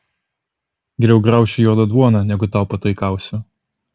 geriau graušiu juodą duoną negu tau pataikausiu